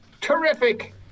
Terrific